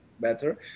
better